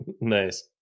nice